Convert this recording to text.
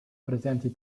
presenti